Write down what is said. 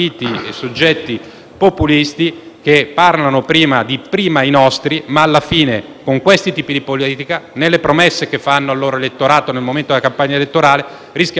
che parlano di «prima i nostri». Alla fine, con questi tipi di politica, le promesse che fanno all'elettorato nel momento della campagna elettorale rischiano di ritorcersi proprio